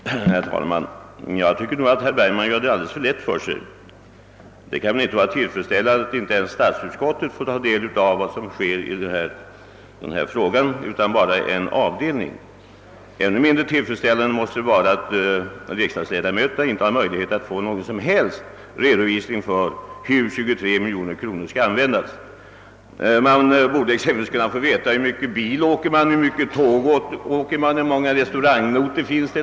Herr talman! Jag tycker att herr Bergman gör det alldeles för lätt för sig. Det kan väl inte vara tillfredsställande att inte ens statsutskottet utan bara en avdelning inom utskottet får ta del av vad som sker. Och ännu mindre tillfredsställande måste det anses vara att riksdagsledamöterna inte har tillfälle att få någon som helst redovisning av hur 23 miljoner skall användas. Vi borde kunna få veta hur mycket bil man åker, hur mycket tåg man åker, hur många restaurangnotor som finns etc.